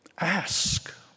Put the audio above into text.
Ask